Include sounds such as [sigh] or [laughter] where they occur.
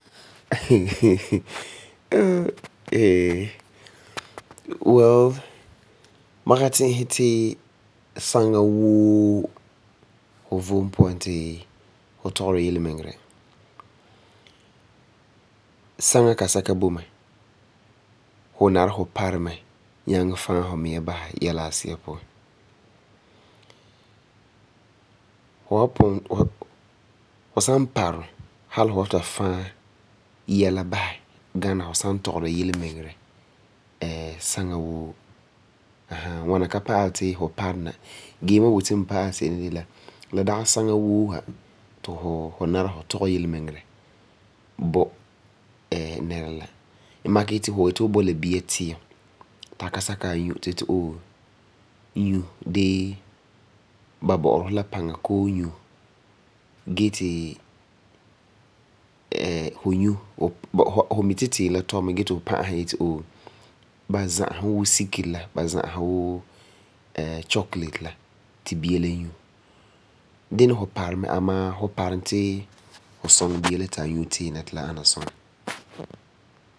[laughs] well ma ka ti'isɛ ti saŋa woo fu vom puan ti fu tɔgera yelimiŋerɛ. Saŋa ka sɛka boi mɛ la nari ti fu parum mɛ nyaŋɛ va'ɛ fu miŋa basɛ yɛla asi'a puan. Fu san parum hali fu wa ta va'ɛ yɛla basɛ gana fu san tɔgera yelemiŋerɛ [hesitation] saŋa woo. N makɛ yeti fu yeti fu bo la bia tiim ti a ka sakɛ a nyu ti fu yeti ooh nyu gee la bo'ori fu la paŋa. Dini fu parum mɛ amaa fu parum ti fu suŋɛ bia la ti a nyu tiim la ti la ana suŋa.